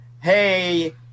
hey